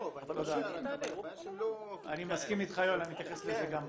אני מסכים איתך, יואל, אני אתייחס לזה גם בהמשך.